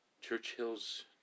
Churchill's